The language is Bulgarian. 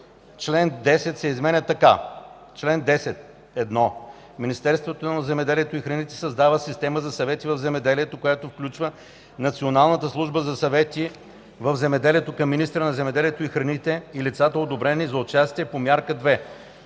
Член 10 се изменя така: „Чл. 10. (1) Министерството на земеделието и храните създава Система за съвети в земеделието, която включва Националната служба за съвети в земеделието към министъра на земеделието и храните и лицата, одобрени за участие по мярка 2